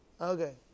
Okay